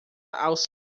aos